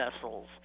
vessels